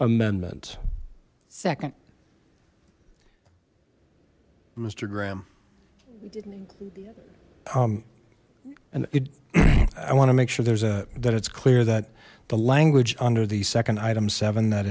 amendment second mister graham and i want to make sure there's a that it's clear that the language under the second item seven that